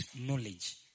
knowledge